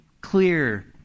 clear